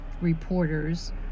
reporters